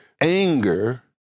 anger